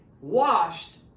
washed